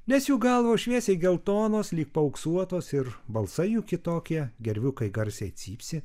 nes jų galvos šviesiai geltonos lyg paauksuotos ir balsai jų kitokie gerviukai garsiai cypsi